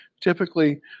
Typically